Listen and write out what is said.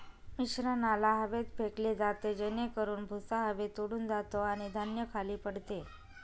मिश्रणाला हवेत फेकले जाते जेणेकरून भुसा हवेत उडून जातो आणि धान्य खाली पडते